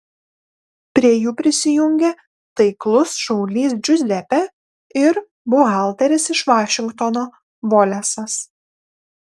prie jų prisijungia taiklus šaulys džiuzepė ir buhalteris iš vašingtono volesas